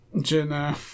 Jenna